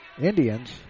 Indians